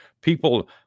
People